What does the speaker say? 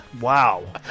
wow